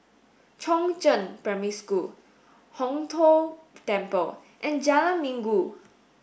Chongzheng Primary School Hong Tho Temple and Jalan Minggu